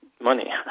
money